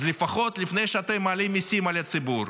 אז לפחות לפני שאתם מעלים מיסים על הציבור,